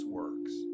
works